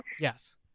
Yes